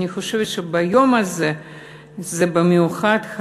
אני חושבת שביום הזה זה חשוב במיוחד,